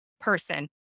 person